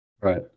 Right